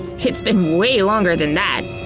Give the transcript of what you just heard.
it's been way longer than that!